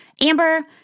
Amber